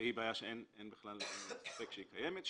שאין בכלל ספק שהיא קיימת,